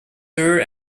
her